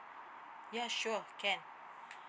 yes sure can